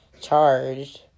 charged